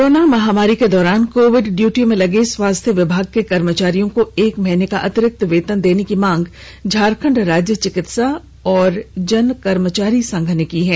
corona महामारी के दौरान कोविड ड्यूटी में लगे स्वास्थ्य विभाग के कर्मचारियों को एक महीने का अतिरिक्त वेतन देने की मांग झारखंड राज्य चिकित्सा एवं जन कर्मचारी संघ ने की है